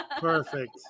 perfect